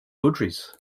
countries